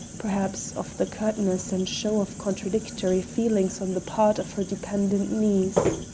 perhaps, of the curtness and show of contradictory feelings on the part of her dependent niece.